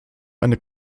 eine